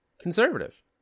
conservative